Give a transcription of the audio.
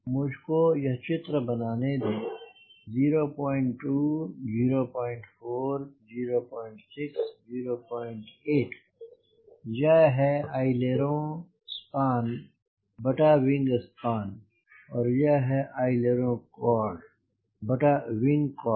मुझ को यह चित्र बनाने दें 02 04 06 08 यह है अइलेरों स्पान बटा विंग स्पान और यह है अइलेरों कॉर्ड बटा विंग कॉर्ड